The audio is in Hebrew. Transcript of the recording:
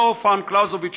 אותו קרל פון קלאוזביץ,